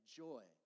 joy